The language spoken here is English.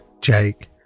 Jake